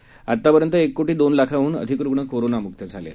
देशात आतापर्यंत एक कोटी दोन लाखांहन अधिक रुग्ण कोरोनामुक्त झाले आहेत